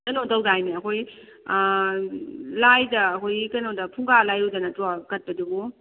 ꯀꯩꯅꯣ ꯇꯧꯗꯥꯏꯅꯦ ꯑꯩꯈꯣꯏꯒꯤ ꯂꯥꯏꯗ ꯑꯩꯈꯣꯏꯒꯤ ꯀꯩꯅꯣꯗ ꯐꯨꯡꯒꯥ ꯂꯥꯏꯔꯨꯗ ꯅꯠꯇ꯭ꯔꯣ ꯀꯠꯄꯗꯨꯕꯨ